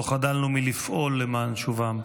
לא חדלנו מלפעול למען שובם,